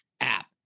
app